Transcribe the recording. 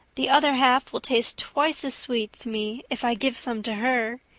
the other half will taste twice as sweet to me if i give some to her.